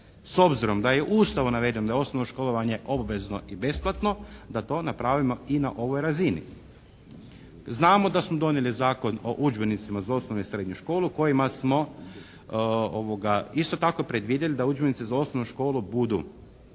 s obzirom da je u Ustavu navedeno da je osnovno školovanje obvezno i besplatno da to napravimo i na ovoj razini. Znamo da smo donijeli Zakon o udžbenicima za osnovnu i srednju školu kojima smo isto tako predvidjeli da udžbenici za osnovnu školu budu